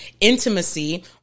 intimacy